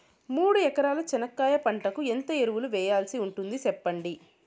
మూడు ఎకరాల చెనక్కాయ పంటకు ఎంత ఎరువులు వేయాల్సి ఉంటుంది సెప్పండి?